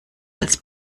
als